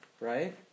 Right